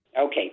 Okay